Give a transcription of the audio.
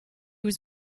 was